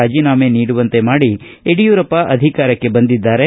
ರಾಜೀನಾಮೆ ನೀಡುವಂತೆ ಮಾಡಿ ಯಡಿಯೂರಪ್ಪ ಅಧಿಕಾರಕ್ಕೆ ಬಂದಿದ್ದಾರೆ